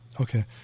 Okay